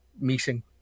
meeting